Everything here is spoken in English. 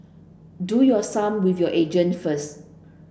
do your sum with your agent first